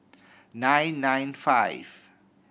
nine nine five